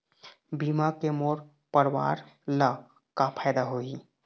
बीमा के मोर परवार ला का फायदा होही?